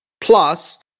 plus